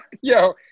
Yo